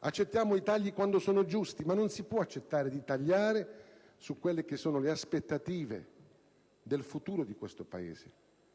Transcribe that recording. accettiamo i tagli, quando sono giusti: ma non si può accettare di tagliare sulle aspettative per il futuro di questo Paese,